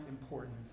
importance